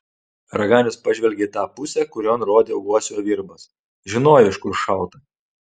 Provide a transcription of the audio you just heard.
raganius pažvelgė į tą pusę kurion rodė uosio virbas žinojo iš kur šauta